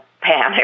panic